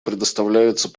предоставляется